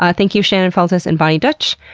ah thank you, shannon feltus and bonnie dutch,